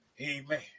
Amen